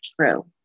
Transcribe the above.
true